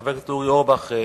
חבר הכנסת אורי אורבך,